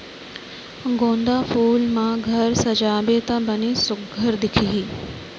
गोंदा फूल म घर सजाबे त बने सुग्घर दिखही